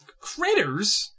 Critters